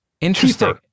Interesting